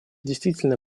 действительно